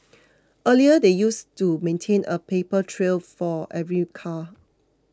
earlier they used to maintain a paper trail for every car